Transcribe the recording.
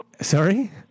Sorry